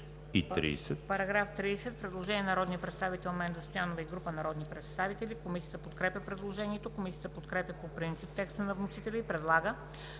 По § 30 има предложение на народния представител Менда Стоянова и група народни представители. Комисията подкрепя предложението. Комисията подкрепя по принцип текста на вносителя и предлага